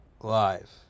live